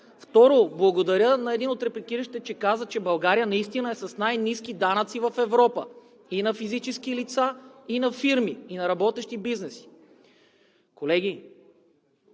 Второ, благодаря на един от репликиращите, че каза, че България наистина е с най-ниски данъци в Европа и на физически лица, и на фирми, и на работещи бизнеси. Колеги,